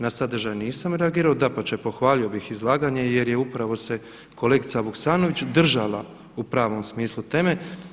Na sadržaj nisam reagirao, dapače pohvalio bih izlaganje jer je upravo se kolegica Vuksanović država u pravom smislu teme.